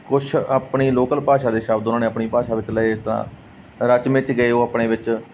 ਕੁਛ ਆਪਣੀ ਲੋਕਲ ਭਾਸ਼ਾ ਦੇ ਸ਼ਬਦ ਉਹਨਾਂ ਨੇ ਆਪਣੀ ਭਾਸ਼ਾ ਵਿੱਚ ਲਏ ਇਸ ਤਰ੍ਹਾਂ ਰਚ ਮਿਚ ਗਏ ਉਹ ਆਪਣੇ ਵਿੱਚ